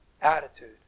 attitude